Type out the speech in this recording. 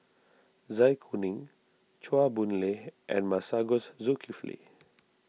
Zai Kuning Chua Boon Lay and Masagos Zulkifli